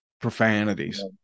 profanities